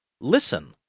Listen